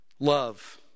Love